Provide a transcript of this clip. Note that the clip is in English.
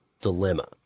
dilemma